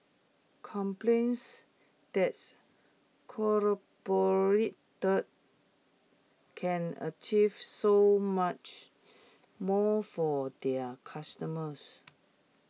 companies that collaborate can achieve so much more for their customers